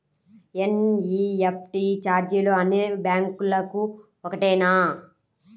NEFT ఛార్జీలు అన్నీ బ్యాంక్లకూ ఒకటేనా?